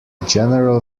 general